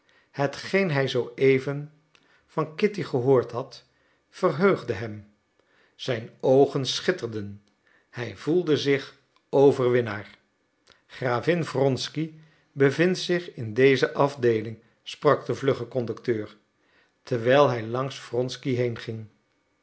hetgeen hij zooeven van kitty gehoord had verheugde hem zijn oogen schitterden hij gevoelde zich overwinnaar gravin wronsky bevindt zich in deze afdeeling sprak de vlugge conducteur terwijl hij langs wronsky heen